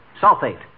Sulfate